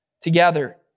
together